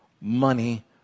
money